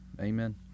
amen